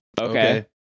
Okay